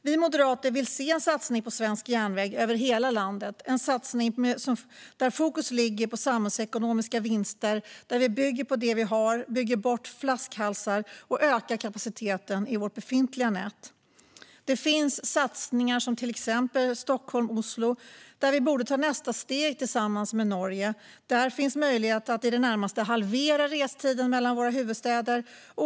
Vi moderater vill se en satsning på svensk järnväg över hela landet - en satsning där fokus ligger på samhällsekonomiska vinster, där vi bygger på det vi har, bygger bort flaskhalsar och ökar kapaciteten i vårt befintliga nät. Det finns satsningar som till exempel Stockholm-Oslo, där vi borde ta nästa steg tillsammans med Norge. Där finns möjlighet att i det närmaste halvera restiden mellan våra huvudstäder.